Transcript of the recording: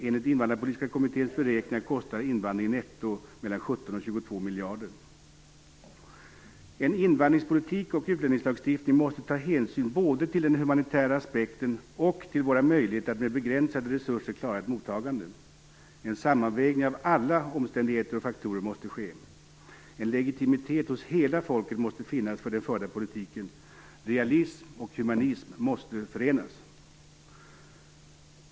Enligt Invandrarpolitiska kommitténs beräkningar kostar invandringen netto mellan 17 och 22 En invandringspolitik och utlänningslagstiftning måste ta hänsyn både till den humanitära aspekten och till våra möjligheter att med begränsade resurser klara ett mottagande. En sammanvägning av alla omständigheter och faktorer måste ske. En legitimitet hos hela folket måste finnas för den förda politiken. Realism och humanism måste förenas.